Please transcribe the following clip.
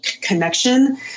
connection